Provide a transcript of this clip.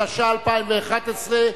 התשע"א 2011,